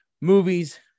movies